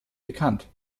bekannt